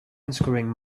unscrewing